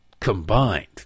combined